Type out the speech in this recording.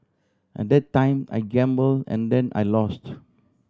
at that time I gambled and then I lost